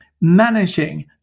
managing